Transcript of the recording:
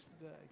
today